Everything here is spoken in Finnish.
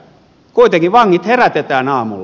kuitenkin vangit herätetään aamulla